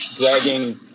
dragging